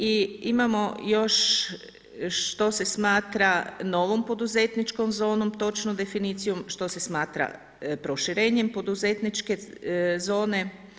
I imamo još što se smatra novom poduzetničkom zonom, novom definicijom, što se smatra proširenjem poduzetničke zone.